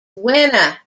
winner